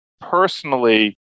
personally